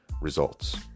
results